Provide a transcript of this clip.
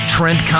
Trent